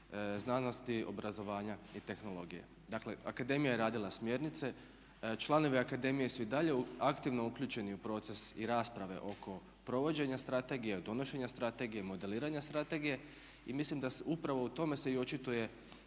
znanosti, obrazovanja i tehnologije. Dakle akademija je radila smjernice, članovi akademije su i dalje aktivno uključeni u proces i rasprave oko provođenja strategije, od donošenje strategije, modeliranja strategije. I mislim da upravo u tome se i očituje